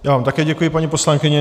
Já vám také děkuji, paní poslankyně.